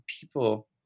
people